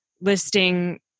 listing